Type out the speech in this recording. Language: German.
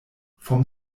vom